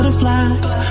Butterflies